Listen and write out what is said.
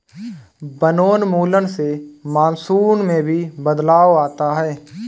वनोन्मूलन से मानसून में भी बदलाव आता है